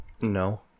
No